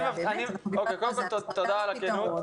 קודם כל תודה על הכנות.